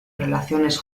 relaciones